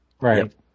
Right